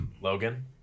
Logan